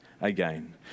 again